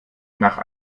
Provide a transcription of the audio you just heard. nach